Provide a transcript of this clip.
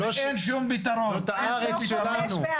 עם לא כובש בארצו, זאת הארץ שלנו.